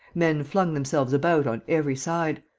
men flung themselves about on every side.